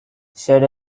said